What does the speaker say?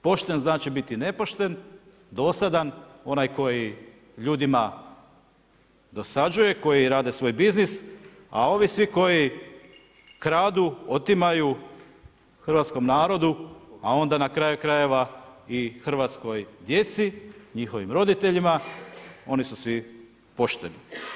Pošten znači biti nepošten, dosadan onaj koji ljudima dosađuje koji rade svoj biznis, a ovi svi koji kradu, otimaju hrvatskom narodu, a onda na kraju krajeva i hrvatskoj djeci i njihovim roditeljima oni su svi pošteni.